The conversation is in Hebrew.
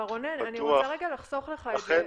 אבל רונן, אני רוצה רגע לחסוך לך את זה.